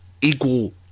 equal